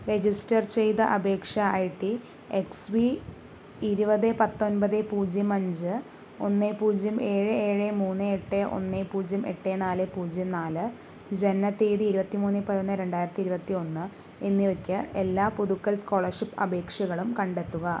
register ചെയ്ത അപേക്ഷ I D X V ഇരുപത് പത്തൊൻപത് പൂജ്യം അഞ്ച് ഒന്ന് പൂജ്യം ഏഴ് ഏഴ് മൂന്ന് എട്ട് ഒന്ന് പൂജ്യം എട്ട് നാല് പൂജ്യം നാല് ജനന തീയതി ഇരുപത്തിമൂന്ന് പതിനൊന്ന് രണ്ടായിരത്തി ഇരുപത്തി ഒന്ന് എന്നിവയ്ക്ക് എല്ലാ പുതുക്കൽ സ്കോളർഷിപ്പ് അപേക്ഷകളും കണ്ടെത്തുക